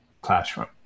classroom